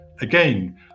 Again